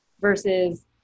versus